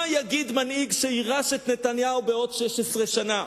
מה יגיד מנהיג שיירש את נתניהו בעוד 16 שנה?